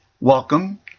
Welcome